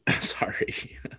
Sorry